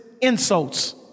insults